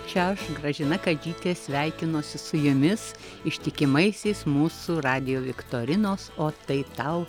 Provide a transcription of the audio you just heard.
čia gražina kadžytė sveikinuosi su jumis ištikimaisiais mūsų radijo viktorinos o tai tau